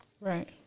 Right